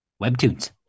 Webtoons